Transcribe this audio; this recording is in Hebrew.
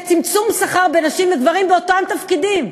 צמצום פערי שכר בין נשים לגברים באותם תפקידים,